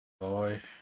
Boy